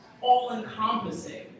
all-encompassing